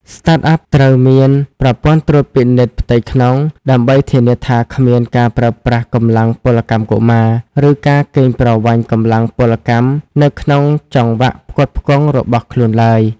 Startup ត្រូវមានប្រព័ន្ធត្រួតពិនិត្យផ្ទៃក្នុង ដើម្បីធានាថាគ្មានការប្រើប្រាស់កម្លាំងពលកម្មកុមារ ឬការកេងប្រវ័ញ្ចកម្លាំងពលកម្មនៅក្នុងចង្វាក់ផ្គត់ផ្គង់របស់ខ្លួនឡើយ។